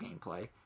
gameplay